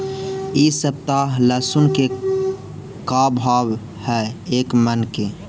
इ सप्ताह लहसुन के का भाव है एक मन के?